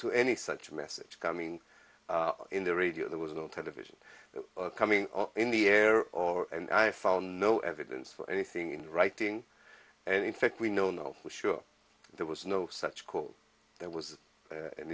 to any such message coming in the radio there was no television coming in the air or and i found no evidence for anything in writing and in fact we no know for sure there was no such call there was